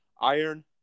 Iron